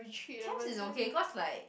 camps is okay cause like